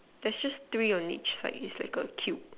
there's just three on each side its like a cube